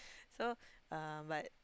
so uh but